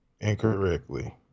incorrectly